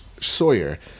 Sawyer